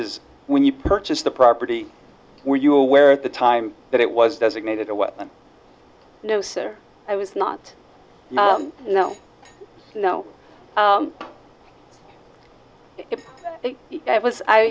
is when you purchased the property were you aware at the time that it was designated a weapon no sir i was not no no it was